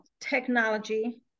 technology